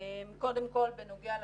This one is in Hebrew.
קודם כל בנוגע לתכנית,